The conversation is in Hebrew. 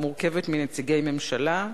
המורכבת מנציגי הממשלה,